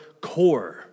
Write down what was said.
core